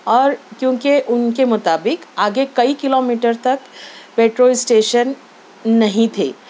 اور کیونکہ اُن کے مطابق آگے کئی کلو میٹر تک پیٹرول اسٹیشن نہیں تھے